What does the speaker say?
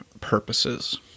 purposes